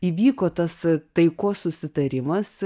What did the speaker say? įvyko tas taikos susitarimas